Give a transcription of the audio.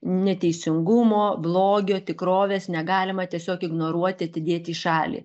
neteisingumo blogio tikrovės negalima tiesiog ignoruoti atidėti į šalį